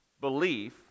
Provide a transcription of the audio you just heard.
belief